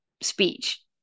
speech